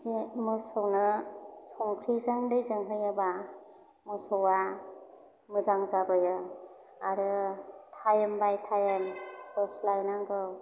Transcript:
जे मोसौनो संख्रैजों दैजों होयोबा मोसौआ मोजां जाबोयो आरो थाइम बाइ थाइम बोस्लाय नांगौ